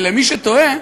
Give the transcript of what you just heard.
ולמי שתוהה,